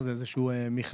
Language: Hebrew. זה איזה שהוא מכלול.